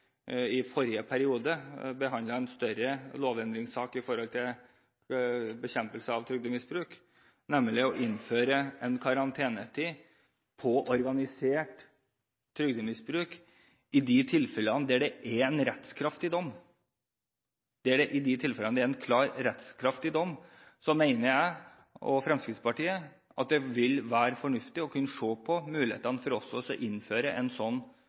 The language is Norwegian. i forrige periode behandlet en større lovendringssak om bekjempelse av trygdemisbruk, nemlig å innføre en karantenetid på organisert trygdemisbruk i de tilfellene der det er en rettskraftig dom. I de tilfellene der det er en rettskraftig dom mener Fremskrittspartiet at det vil være fornuftig å se på mulighetene til å innføre en